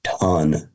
ton